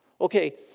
Okay